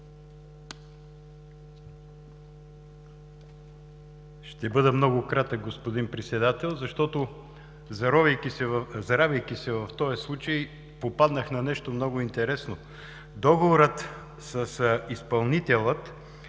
Договорът с изпълнителя,